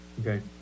Okay